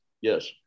Yes